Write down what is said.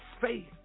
faith